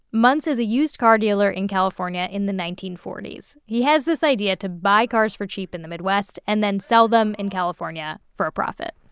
muntz is a used car dealer in california in the nineteen forty s. he has this idea to buy cars for cheap in the midwest and then sell them in california for a profit